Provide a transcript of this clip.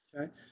okay